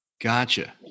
Gotcha